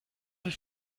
ich